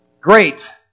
Great